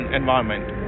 environment